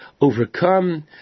overcome